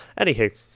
Anywho